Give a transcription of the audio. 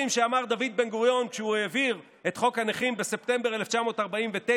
שאמר דוד בן-גוריון כשהוא העביר את חוק הנכים בספטמבר 1949,